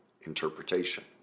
interpretation